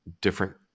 different